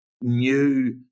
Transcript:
new